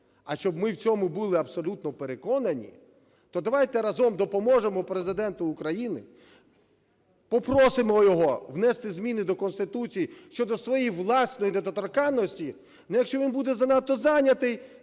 А щоб ми в цьому були абсолютно переконані, то давайте разом допоможемо Президенту України, попросимо його внести зміни до Конституції щодо своєї власної недоторканності, ну, якщо він буде занадто зайнятий,